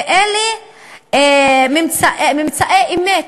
ואלה ממצאי אמת.